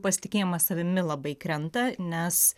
pasitikėjimas savimi labai krenta nes